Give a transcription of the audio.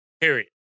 Period